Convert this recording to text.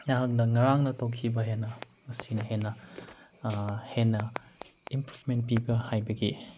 ꯅꯍꯥꯛꯅ ꯉꯔꯥꯡꯅ ꯇꯧꯈꯤꯕ ꯍꯦꯟꯅ ꯉꯁꯤꯅ ꯍꯦꯟꯅ ꯍꯦꯟꯅ ꯏꯝꯄ꯭ꯔꯨꯞꯃꯦꯟ ꯄꯤꯕ ꯍꯥꯏꯕꯒꯤ